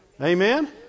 Amen